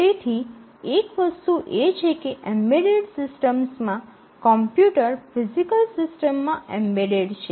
તેથી એક વસ્તુ એ છે કે એમ્બેડેડ સિસ્ટમમાં કોમ્પ્યુટર ફિજિકલ સિસ્ટમમાં એમ્બેડેડ છે